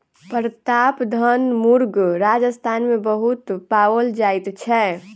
प्रतापधन मुर्ग राजस्थान मे बहुत पाओल जाइत छै